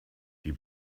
die